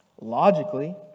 Logically